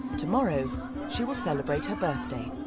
tomorrow she will celebrate her birthday.